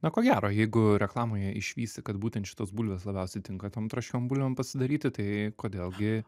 na ko gero jeigu reklamoje išvysi kad būtent šitos bulvės labiausiai tinka tom traškiom bulvėm pasidaryti tai kodėl gi